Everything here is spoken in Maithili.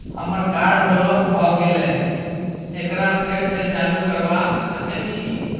हमर कार्ड ब्लॉक भ गेले एकरा फेर स चालू करबा सके छि?